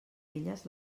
elles